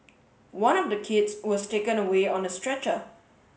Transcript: one of the kids was taken away on a stretcher